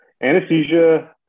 Anesthesia